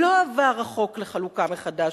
לא עבר החוק לחלוקה מחדש,